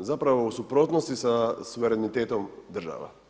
zapravo u suprotnosti sa suverenitetom država.